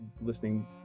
listening